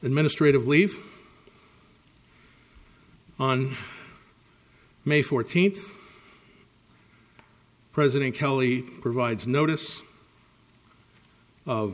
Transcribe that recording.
the ministry of leave on may fourteenth president kelly provides notice